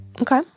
Okay